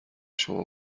شما